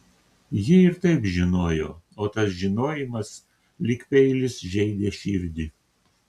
ji ir taip žinojo o tas žinojimas lyg peilis žeidė širdį